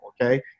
okay